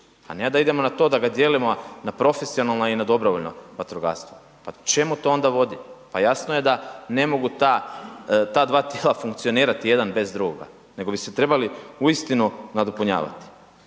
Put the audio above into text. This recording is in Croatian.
a ne da idemo na to da ga dijelimo na profesionalna i na dobrovoljno vatrogastvo. Pa čemu to ona vodi, pa jasno je da ne mogu ta dva tijela funkcionirati jedan bez drugoga, nego bi se trebali uistinu nadopunjavati.